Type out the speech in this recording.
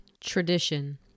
tradition